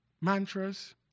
mantras